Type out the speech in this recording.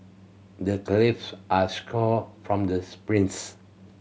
the calves are strong from the sprints